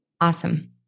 Awesome